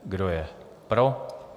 Kdo je pro?